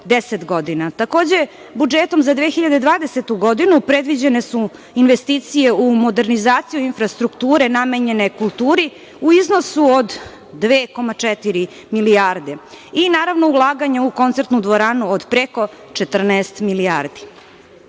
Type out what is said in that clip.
Takođe, budžetom za 2020. godinu predviđene su investicije u modernizaciji infrastrukture namenjene kulturi u iznosu od 2,4 milijarde i naravno ulaganja u koncertnu dvoranu od preko 14 milijardi. Plate